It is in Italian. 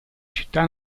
città